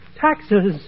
taxes